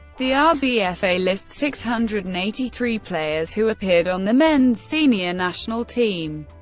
the ah rbfa lists six hundred and eighty three players who appeared on the men's senior national team.